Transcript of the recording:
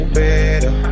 better